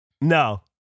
No